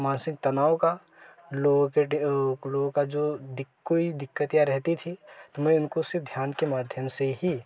मानसिक तनाव का लोगों के डे लोगों का जो दिक् कोई दिक्कत या रहती थी तो मैं उनको सिर्फ ध्यान के माध्यम से ही